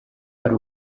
ari